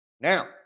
Now